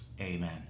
amen